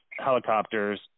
helicopters